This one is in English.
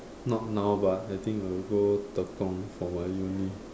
not now but I think I will go Tekong for my uni